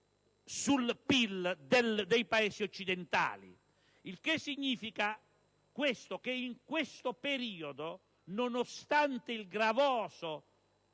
sul PIL tra i Paesi occidentali. Ciò significa che in questo periodo, nonostante il gravoso